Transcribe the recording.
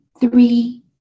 three